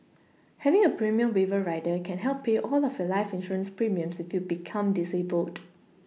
having a premium waiver rider can help pay all of your life insurance premiums if you become disabled